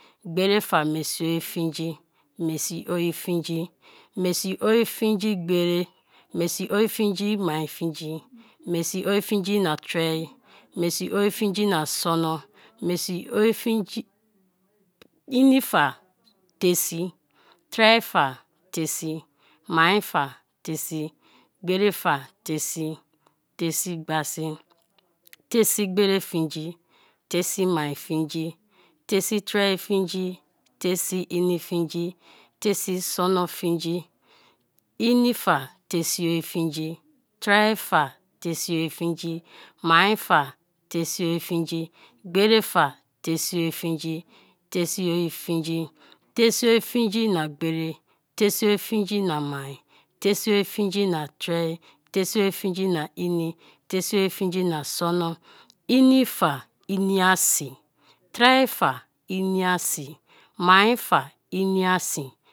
Gberi fa mesi oye fingi, mesi oye fingi, mesi oye fingi gberi, mesi oye fingi mai fingi, mesi oye fingi i na tre, mesi oye fingi na sono, inifa te si, tre fa tesi, maifa tesi, gberi fa tesi, tesi gbasi. Tesi gberi fingi, tesi mai fingi, tesi tre fingi, tesi ini fingi, tesi sono fingi, inifa tesi oye fingi, tre fa tesi oye fingi, mai fa tesi oye fingi, gberi fa tesi oye, fingi, tesi oye fingi. Tesi oye fingi na gberi-e, tesi oye fingi na mai, te oye fingi na tre, tesi oye fingi na ini, tesi oye fingi na sono, inifa, iniasi tre fa iniasi, mai fa iniasi.